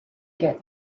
get